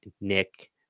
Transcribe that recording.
Nick